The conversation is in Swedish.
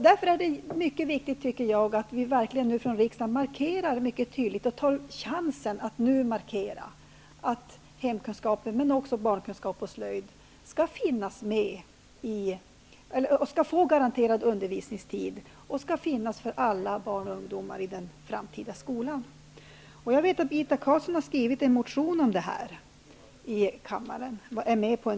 Därför är det viktigt, tycker jag, att vi nu verkligen från riksdagen tar chansen att mycket tydligt markera att hemkunskap -- men också barnkunskap och slöjd -- skall få garanterad undervisningstid och finnas för alla barn och ungdomar i den framtida skolan. Jag vet att Birgitta Carlsson är med på en motion om detta.